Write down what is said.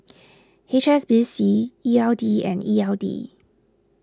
H S B C E L D and E L D